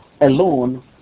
alone